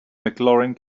mclaurin